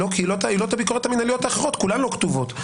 עילות הביקורת המינהליות האחרות, כולן לא כתובות.